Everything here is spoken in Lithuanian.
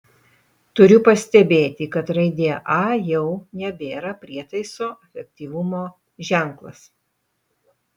turiu pastebėti kad raidė a jau nebėra prietaiso efektyvumo ženklas